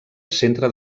centre